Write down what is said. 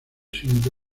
siguiente